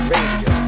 Radio